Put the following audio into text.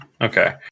Okay